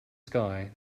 sky